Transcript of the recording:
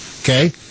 Okay